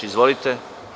Izvolite.